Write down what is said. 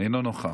אינו נוכח.